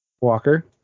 Walker